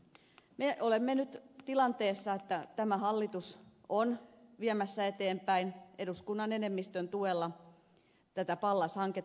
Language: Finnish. me olemme nyt tilanteessa että tämä hallitus on viemässä eteenpäin eduskunnan enemmistön tuella tätä pallas hanketta